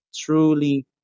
truly